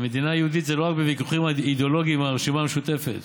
מדינה יהודית זה לא רק בוויכוחים אידיאולוגיים עם הרשימה המשותפת.